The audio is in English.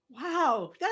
wow